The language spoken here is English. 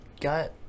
got